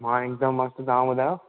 मां हिकदमि मस्तु तव्हां ॿुधायो